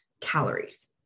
calories